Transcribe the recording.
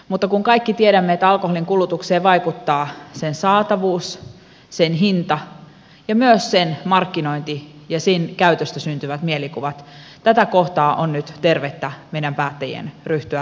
mutta kun kaikki tiedämme että alkoholin kulutukseen vaikuttaa sen saatavuus sen hinta ja myös sen markkinointi ja sen käytöstä syntyvät mielikuvat tätä kohtaa on nyt tervettä meidän päättäjien ryhtyä rajoittamaan